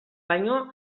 baino